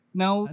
now